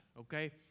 okay